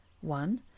one